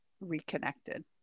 reconnected